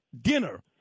dinner